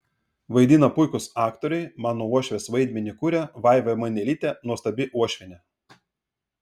vaidina puikūs aktoriai mano uošvės vaidmenį kuria vaiva mainelytė nuostabi uošvienė